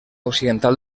occidental